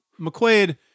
McQuaid